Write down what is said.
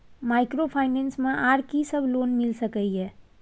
Microfinance मे आर की सब लोन मिल सके ये?